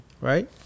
Right